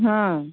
हूँ